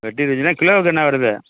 கிலோவுக்கு என்ன வருது